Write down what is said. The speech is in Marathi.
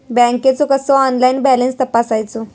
बँकेचो कसो ऑनलाइन बॅलन्स तपासायचो?